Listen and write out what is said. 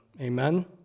Amen